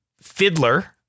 Fiddler